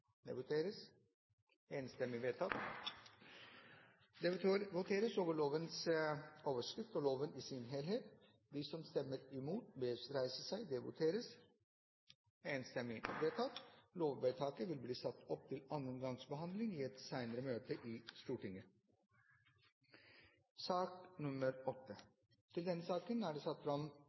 Det voteres derfor over innstillingen og forslaget i samme votering. Det voteres over lovens overskrift og loven i sin helhet. Lovvedtaket vil bli ført opp til andre gangs behandling i et senere møte i Stortinget. Til denne saken er det satt fram